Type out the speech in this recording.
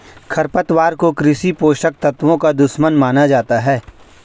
खरपतवार को कृषि पोषक तत्वों का दुश्मन माना जाता है